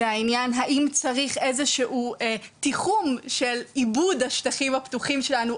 זה העניין האם צריך איזה שהוא תיחום של איבוד השטחים הפתוחים שלנו,